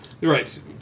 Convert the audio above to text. right